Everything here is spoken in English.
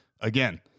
Again